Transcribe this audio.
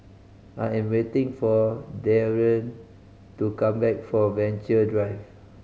I am waiting for Darrion to come back from Venture Drive